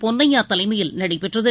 பொன்னையாதலைமையில் நடைபெற்றது